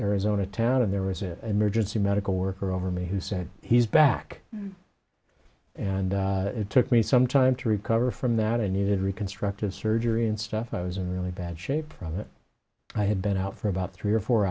arizona town and there was an emergency medical worker over me who said he's back and it took me some time to recover from that i needed reconstructive surgery and stuff i was in really bad shape i had been out for about three or four